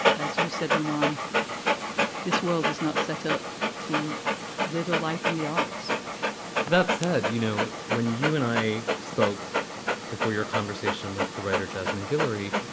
as you said, ramon this world is not set up to live a life in the arts that said, you know, when you and i spoke before your conversation with the writer jasmine guillory,